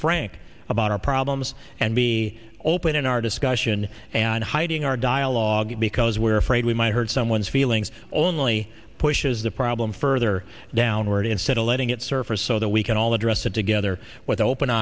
frank about our problems and be open in our discussion and hiding our dialogue because we're afraid we might hurt someone's feelings only pushes the problem further downward instead of letting it surface so that we can all address it together with open